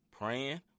praying